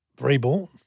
reborn